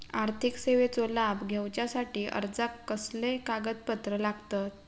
आर्थिक सेवेचो लाभ घेवच्यासाठी अर्जाक कसले कागदपत्र लागतत?